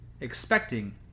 Expecting